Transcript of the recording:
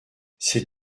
c’est